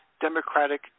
Democratic